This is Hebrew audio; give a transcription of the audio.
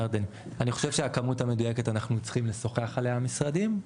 אני חושב שהכמות המדויקת אנחנו צריכים לשוחח עליה המשרדים.